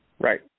Right